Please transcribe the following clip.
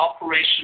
Operation